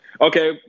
Okay